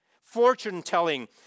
fortune-telling